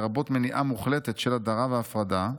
לרבות מניעה מוחלטת של הדרה והפרדה,